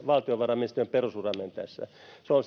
valtiovarainministeriön perusuraa mentäessä se on